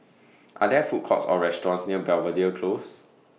Are There Food Courts Or restaurants near Belvedere Close